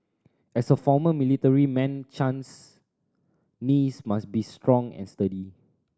as a former military man Chan's knees must be strong and sturdy